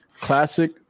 classic